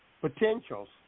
potentials